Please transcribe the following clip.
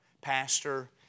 pastor